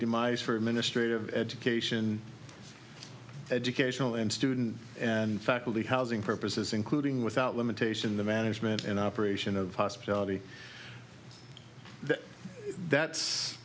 demise for administrative education educational and student and faculty housing purposes including without limitation the management and operation of hospitality that's